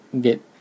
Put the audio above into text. get